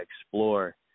explore